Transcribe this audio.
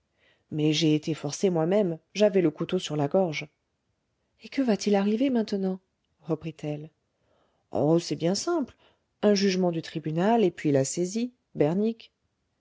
mais j'ai été forcé moi-même j'avais le couteau sur la gorge et que va-t-il arriver maintenant reprit-elle oh c'est bien simple un jugement du tribunal et puis la saisie bernique